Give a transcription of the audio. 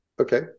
Okay